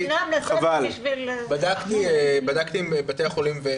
בדקתי עם בתי החולים,